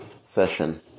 session